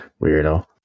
Weirdo